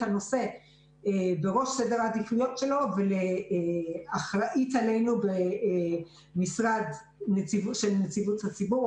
הנושא בראש סדר העדיפויות שלו ולהודות לאחראית עלינו במשרד נציבות הציבור,